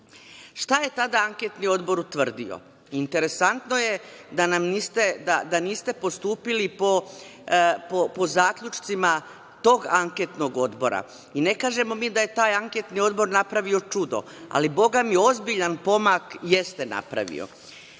je tada Anketni odbor utvrdio? Interesantno je da niste postupili po zaključcima tog anketnog odbora. I ne kažemo mi da je taj anketni odbor napravio čudo, ali, bogami, ozbiljan pomak jeste napravio.